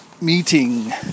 meeting